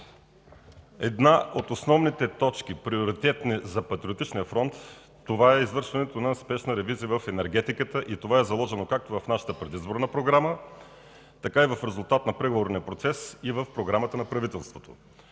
Една от основните точки – приоритетни за Патриотичния фронт, е извършването на спешна ревизия в енергетиката. Това е заложено както в нашата предизборна програма, така, в резултат на преговорния процес, и в Програмата на правителството.